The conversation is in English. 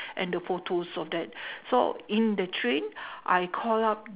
and the photos of that so in the train I call up